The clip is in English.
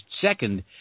second